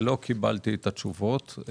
ולא קיבלתי את התשובות.